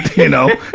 you know?